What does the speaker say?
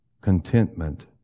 contentment